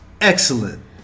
Excellent